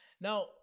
Now